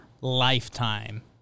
lifetime